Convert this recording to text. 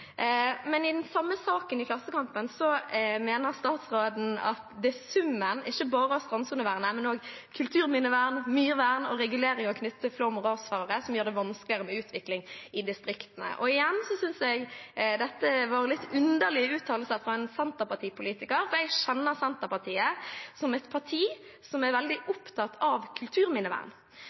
I den samme saken i Klassekampen sier statsråden at det er summen – ikke bare av strandsonevern, men også kulturminnevern, myrvern og reguleringer knyttet til flom og rasfare – som gjør det vanskeligere med utvikling i distriktene. Igjen: Jeg synes dette var litt underlige uttalelser fra en Senterparti-politiker, for jeg kjenner Senterpartiet som et parti som er veldig opptatt av kulturminnevern.